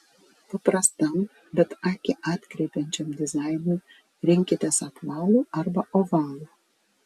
paprastam bet akį atkreipiančiam dizainui rinkitės apvalų arba ovalų